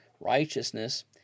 righteousness